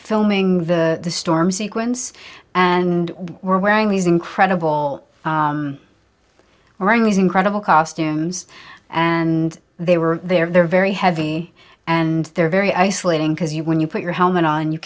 filming the storm sequence and we're wearing these incredible wearing these incredible costumes and they were they're very heavy and they're very isolating because you when you put your helmet on you